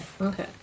Okay